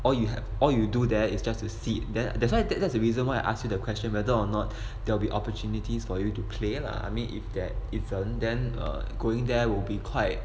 or you have all you do there is just to sit then that's why that's the reason why I ask you the question whether or not there will be opportunities for you to play lah I mean if that isn't then err going there will be quite